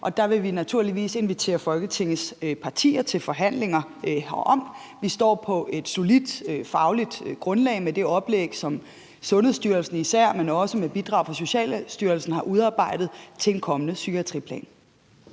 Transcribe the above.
og der vil vi naturligvis invitere Folketingets partier til forhandlinger herom. Vi står på et solidt fagligt grundlag med det oplæg, som især Sundhedsstyrelsen, men også med bidrag fra Socialstyrelsen, har udarbejdet til en kommende psykiatriplan.